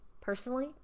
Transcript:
personally